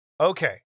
Okay